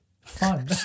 fun